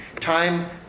Time